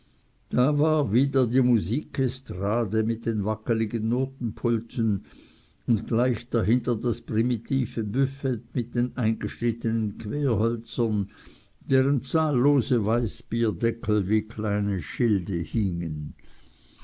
da war wieder die musikestrade mit den wackeligen notenpulten und gleich dahinter das primitive büfett mit den eingeschnittenen querhölzern daran zahllose weißbierdeckel wie kleine schilde hingen